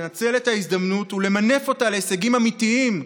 לנצל את ההזדמנות ולמנף אותה להישגים אמיתיים,